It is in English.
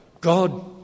God